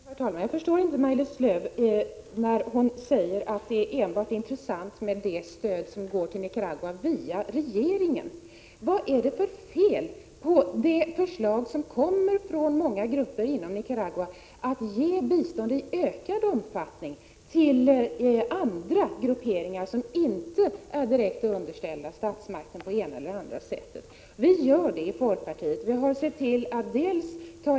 Herr talman! Jag förstår inte Maj-Lis Lööw när hon säger att enbart det stöd som går till Nicaragua via regeringen är intressant. Vad är det för fel på det förslag som kommer från många grupper inom Nicaragua om att ge bistånd i ökad omfattning till andra grupperingar som inte är direkt underställda statsmakten på det ena eller andra sättet? Vi vill göra det i folkpartiet.